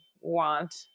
want